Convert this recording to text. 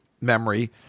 memory